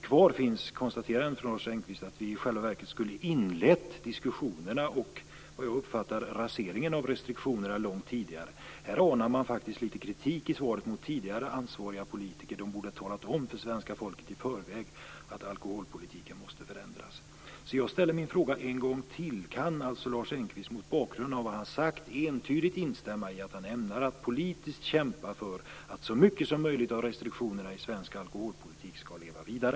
Kvar finns ett konstaterande från Lars Engqvist att vi i själva verket skulle ha inlett diskussionerna och, som jag uppfattar det, raseringen av restriktionerna långt tidigare. Här anar man i svaret faktiskt litet kritik mot tidigare ansvariga politiker - de borde ha talat om för svenska folket i förväg att alkoholpolitiken måste förändras. Jag ställer därför min fråga en gång till: Kan Lars Engqvist mot bakgrund av vad han sagt entydigt instämma i att han ämnar politiskt kämpa för att så mycket som möjligt av restriktionerna i svensk alkoholpolitik skall leva vidare?